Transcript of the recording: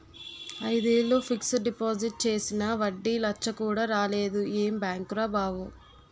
ఐదేళ్ళు fixed deposit చేసినా వడ్డీ లచ్చ కూడా రాలేదు ఏం బాంకురా బాబూ